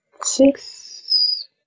six